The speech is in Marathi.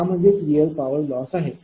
हा म्हणजेच रियल पावर लॉस आहे